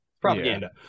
Propaganda